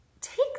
take